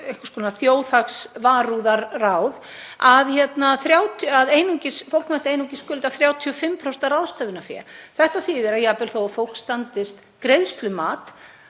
einhvers konar þjóðhagsvarúðarráð, að fólk mætti einungis skulda 35% af ráðstöfunarfé. Það þýðir að jafnvel þótt fólk standist greiðslumat